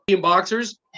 boxers